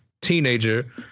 teenager